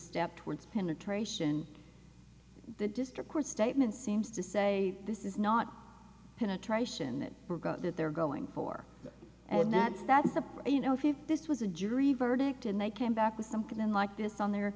step towards penetration the district court statement seems to say this is not penetration that forgot that they're going for and that's that's you know if this was a jury verdict and they came back with something like this on there